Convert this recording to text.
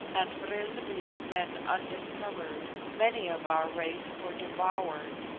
and, vril being then undiscovered, many of our race were devoured.